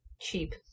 cheap